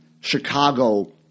Chicago